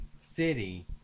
city